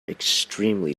extremely